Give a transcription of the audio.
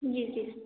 जी जी